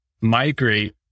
migrate